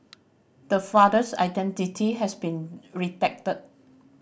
the father's identity has been redacted